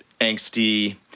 angsty